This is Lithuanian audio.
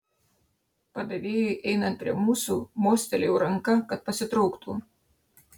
padavėjui einant prie mūsų mostelėjau ranka kad pasitrauktų